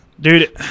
Dude